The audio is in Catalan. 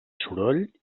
soroll